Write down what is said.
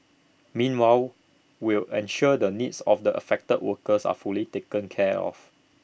meanwhile will ensure the needs of the affected workers are fully taken care of